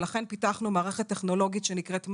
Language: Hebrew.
לכן פיתחנו מערכת טכנולוגית שנקראת "מאיה",